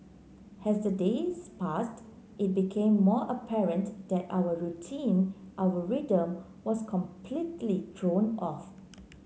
as the days passed it became more apparent that our routine our rhythm was completely thrown off